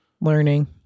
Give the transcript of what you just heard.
learning